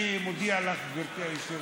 אני מודיע לך, גברתי היושבת-ראש,